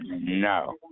No